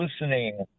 listening